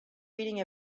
reading